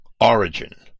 origin